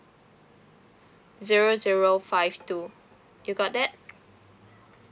zero zero five two you got that